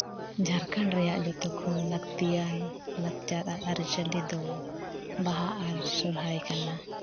ᱡᱷᱟᱲᱠᱷᱚᱸᱰ ᱨᱮᱭᱟᱜ ᱡᱚᱛᱚ ᱠᱷᱚᱱ ᱞᱟᱹᱠᱛᱤᱭᱟᱱ ᱞᱟᱠᱪᱟᱨ ᱟᱨ ᱟᱹᱨᱤ ᱪᱟᱹᱞᱤ ᱫᱚ ᱵᱟᱦᱟ ᱟᱨ ᱥᱚᱦᱨᱟᱭ ᱠᱟᱱᱟ